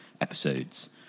episodes